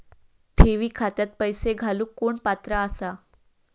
ठेवी खात्यात पैसे घालूक कोण पात्र आसा?